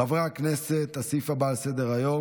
חברי הכנסת, הסעיף הבא על סדר-היום: